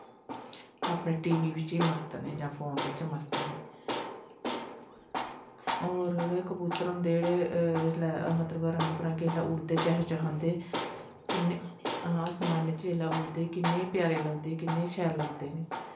अपने टीवी बिच्च मस्त न जां फोन बिच्च मस्त न एह् होर जेह्ड़े कबूतर होंदे मतलव रंग बरंगे उडदे चैह्चहांदे आसमानें च जिसलै उड्डदे किन्ने प्यारे लग्गदे किन्ने शैल लगदे न